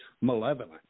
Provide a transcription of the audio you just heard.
malevolent